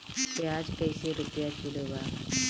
प्याज कइसे रुपया किलो बा?